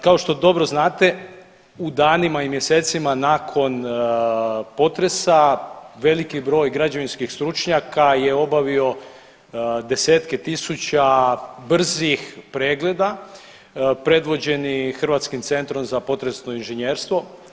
Kao što dobro znate u danima i mjesecima nakon potresa veliki broj građevinskih stručnjaka je obavio desetke tisuća brzih pregleda predvođeni Hrvatskim centrom za potresno inženjerstvo.